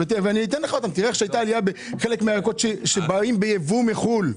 ותראה שהייתה עלייה בקרב חלק מהירקות שבאים ביבוא מחו"ל.